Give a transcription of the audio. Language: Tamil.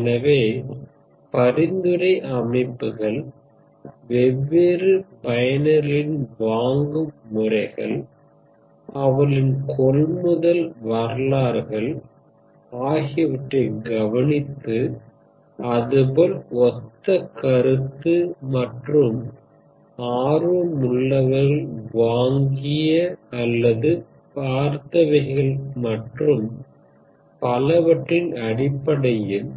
எனவே பரிந்துரை அமைப்புகள் வெவ்வேறு பயனர்களின் வாங்கும் முறைகள் அவர்களின் கொள்முதல் வரலாறுகள் ஆகியவற்றைப் கவனித்து அதுபோல் ஒத்த கருத்து மற்றும் ஆர்வமுள்ளவர்கள் வாங்கிய அல்லது பார்த்தவைகள் மற்றும் பலவற்றின் அடிப்படையில்